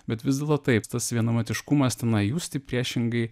bet vis dėlto taip tas vienamatiškumas tenai justi priešingai